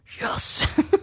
Yes